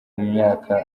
mwaka